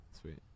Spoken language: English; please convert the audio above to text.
Sweet